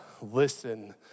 listen